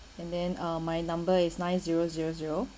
and then uh my number is nine zero zero zero